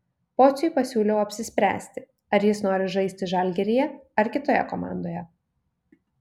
pociui pasiūliau apsispręsti ar jis nori žaisti žalgiryje ar kitoje komandoje